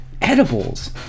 Edibles